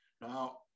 Now